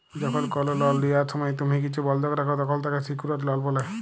যখল কল লল লিয়ার সময় তুম্হি কিছু বল্ধক রাখ, তখল তাকে সিকিউরড লল ব্যলে